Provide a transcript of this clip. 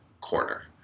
corner